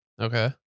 Okay